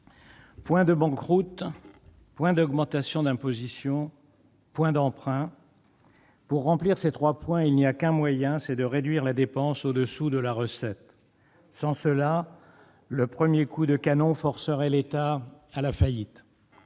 Point de banqueroute. Point d'augmentation d'impositions. Point d'emprunts. Pour remplir ces trois points, il n'y a qu'un moyen. C'est de réduire la dépense au-dessous de la recette. Sans cela, le premier coup de canon forcerait l'État à la faillite.